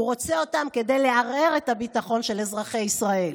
הוא רוצה אותם כדי לערער את הביטחון של אזרחי ישראל,